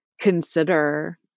consider